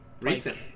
Recent